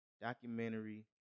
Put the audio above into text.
Documentary